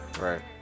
right